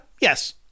Yes